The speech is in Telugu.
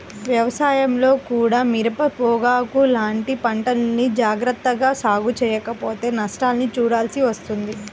వ్యవసాయంలో కూడా మిరప, పొగాకు లాంటి పంటల్ని జాగర్తగా సాగు చెయ్యకపోతే నష్టాల్ని చూడాల్సి వస్తుంది